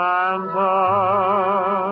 Santa